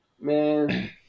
Man